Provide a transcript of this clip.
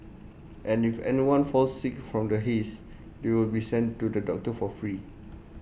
and if anyone falls sick from the haze they will be sent to the doctor for free